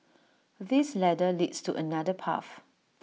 this ladder leads to another path